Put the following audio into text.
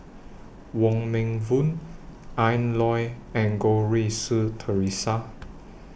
Wong Meng Voon Ian Loy and Goh Rui Si Theresa